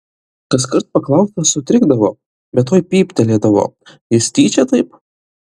kaskart paklaustas sutrikdavo bet tuoj pyktelėdavo jis tyčia taip